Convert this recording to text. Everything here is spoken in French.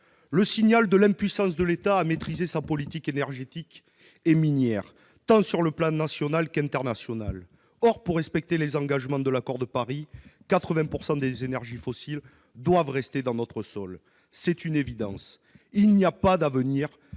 le signal de l'impuissance de l'État à maîtriser sa politique énergétique et minière, sur le plan tant national qu'international. Or, pour respecter les engagements de l'accord de Paris, quelque 80 % des énergies fossiles doivent rester dans notre sol. C'est une évidence : il n'y a pas d'avenir